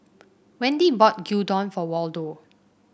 Wendi bought Gyudon for Waldo